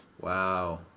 Wow